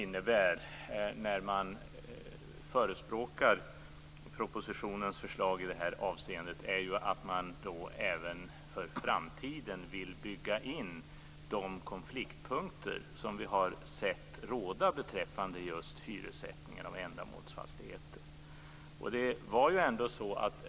När han då förespråkar propositionens förslag i det här avseendet innebär det att han även för framtiden vill bygga in de konfliktpunkter som vi har sett råda beträffande just hyressättning av ändamålsfastigheter.